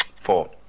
Four